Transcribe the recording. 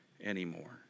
anymore